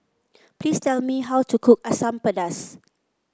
please tell me how to cook Asam Pedas